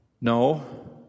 No